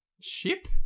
ship